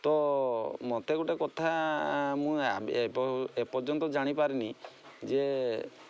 ତ ମୋତେ ଗୋଟେ କଥା ମୁଁ ଏପର୍ଯ୍ୟନ୍ତ ଜାଣିପାରିନି ଯେ